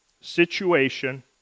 situation